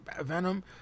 Venom